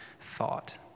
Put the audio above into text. thought